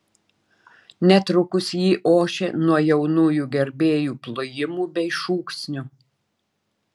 netrukus ji ošė nuo jaunųjų gerbėjų plojimų bei šūksnių